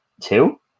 Two